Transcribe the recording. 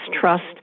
trust